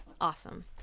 Awesome